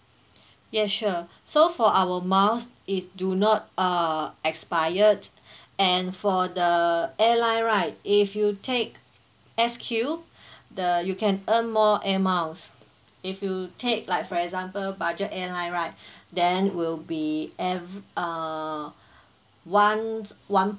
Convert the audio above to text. yes sure so for our miles it do not uh expired and for the airline right if you take S_Q the you can earn more airmiles if you take like for example budget airline right then will be ever~ uh once one